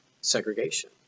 segregation